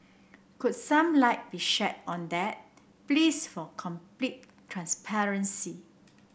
could some light be shed on that please for complete transparency